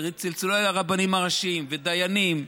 וצלצלו לרבנים הראשיים ולדיינים,